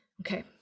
okay